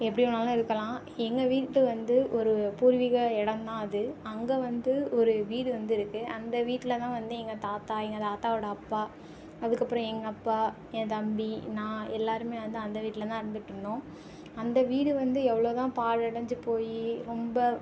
எப்படி வேணாலும் இருக்கலாம் எங்கள் வீட்டு வந்து ஒரு பூர்விக இடம்தான் அது அங்கே வந்து ஒரு வீடு வந்து இருக்குது அந்த வீட்டில் தான் வந்து எங்கள் தாத்தா எங்கள் தாத்தாவோட அப்பா அதுக்கப்புறம் எங்கள் அப்பா என் தம்பி நான் எல்லாருமே வந்து அந்த வீட்டில் தான் இருந்துட்டு இருந்தோம் அந்த வீடு வந்து எவ்வளோ தான் பாழடைஞ்சு போய் ரொம்ப